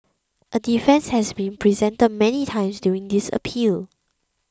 a defence has been presented many times during this appeal